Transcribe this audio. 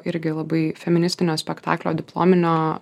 irgi labai feministinio spektaklio diplominio